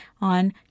on